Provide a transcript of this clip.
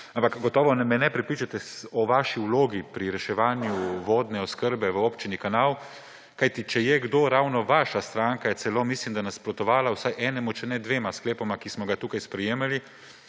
Ampak gotovo me ne prepričate o vaši vlogi pri reševanju vodne oskrbe v občini Kanal, kajti če je kdo, je ravno vaša stranka; mislim, da celo nasprotovala vsaj enemu, če ne dvema sklepoma, ki smo jih tukaj sprejemali,